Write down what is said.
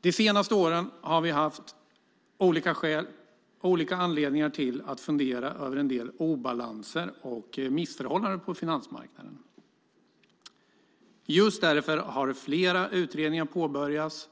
De senaste åren har vi haft olika anledningar att fundera över en del obalanser och missförhållanden på finansmarknaden. Just därför har flera utredningar påbörjats.